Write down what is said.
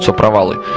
so probably